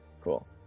Cool